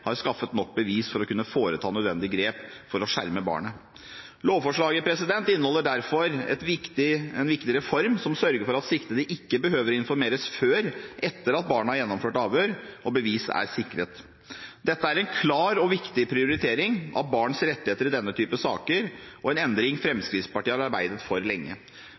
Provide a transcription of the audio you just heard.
har skaffet nok bevis til å kunne foreta nødvendige grep for å skjerme barnet. Lovforslaget inneholder derfor en viktig reform, som sørger for at siktede ikke behøver å informeres før etter at barnet har gjennomført avhør og bevis er sikret. Dette er en klar og viktig prioritering av barns rettigheter i denne type saker og en endring Fremskrittspartiet har arbeidet for lenge.